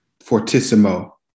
fortissimo